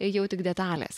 jau tik detalės